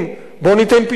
בוא ניתן פתרונות,